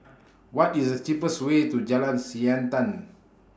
What IS The cheapest Way to Jalan Siantan